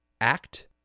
act